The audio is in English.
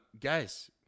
Guys